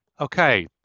okay